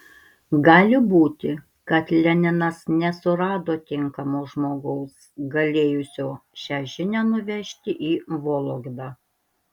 gali būti kad leninas nesurado tinkamo žmogaus galėjusio šią žinią nuvežti į vologdą